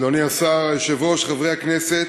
אדוני השר, היושב-ראש, חברי הכנסת,